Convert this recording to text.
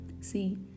See